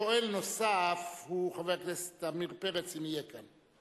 שואל נוסף הוא חבר הכנסת עמיר פרץ, אם יהיה כאן.